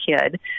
kid